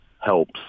helps